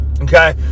Okay